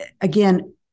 again